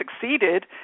succeeded